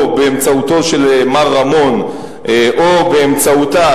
או באמצעותו של מר רמון או באמצעותה,